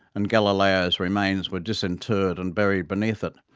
and galileo's remains were disinterred and buried beneath it.